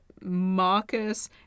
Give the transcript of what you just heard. Marcus